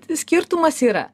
skirtumas yra